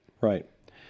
Right